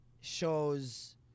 shows